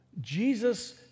Jesus